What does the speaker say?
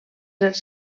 els